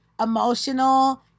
emotional